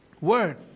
word